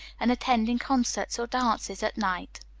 and attending concerts or dances at night.